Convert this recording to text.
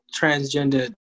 transgender